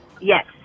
Yes